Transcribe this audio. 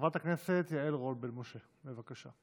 חברת הכנסת יעל רון בן משה, בבקשה.